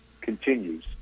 continues